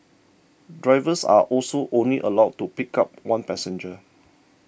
drivers are also only allowed to pick up one passenger